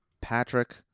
patrick